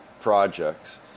projects